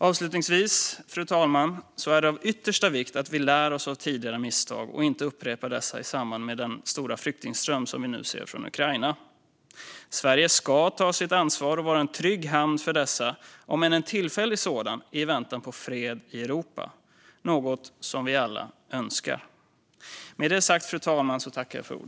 Avslutningsvis, fru talman: Det är av yttersta vikt att vi lär oss av tidigare misstag och inte upprepar dessa i samband med den stora flyktingström som vi nu ser från Ukraina. Sverige ska ta sitt ansvar och vara en trygg hamn för dessa flyktingar, om än en tillfällig sådan, i väntan på fred i Europa, något som vi alla önskar.